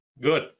Good